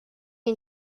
and